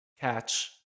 catch